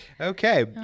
Okay